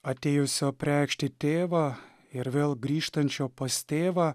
atėjusio apreikšti tėvą ir vėl grįžtančio pas tėvą